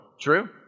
True